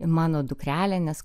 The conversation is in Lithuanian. mano dukrelė nes